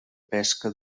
pesca